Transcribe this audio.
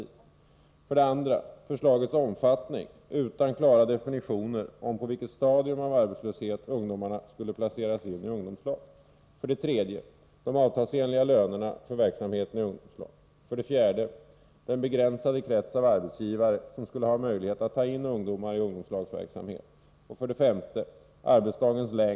Förslagets omfattning, utan klara definitioner av på vilket stadium av arbetslöshet ungdomarna skulle placeras in i ungdomslagen. 4, Den begränsade krets av arbetsgivare som skulle ha möjlighet att ta in ungdomar i ungdomslagsverksamhet.